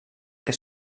que